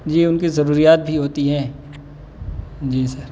جی ان کی ضروریات بھی ہوتی ہیں جی سر